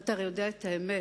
אתה הרי יודע את האמת.